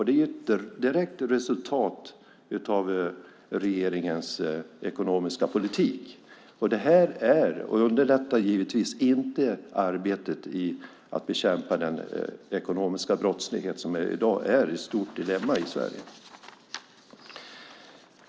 Det är ett direkt resultat av regeringens ekonomiska politik. Det underlättar givetvis inte arbetet med att bekämpa den ekonomiska brottslighet som i dag är ett stort problem i Sverige.